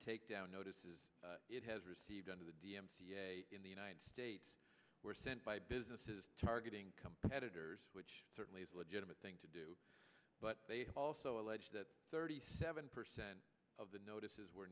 takedown notices it has received under the dmca in the united states were sent by businesses targeting competitors which certainly is a legitimate thing to do but they also allege that thirty seven percent of the notices were